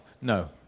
no